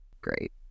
great